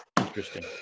Interesting